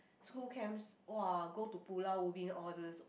school camps !wah! go to Pulau-Ubin all these